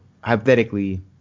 hypothetically